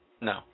No